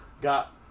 got